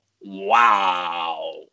wow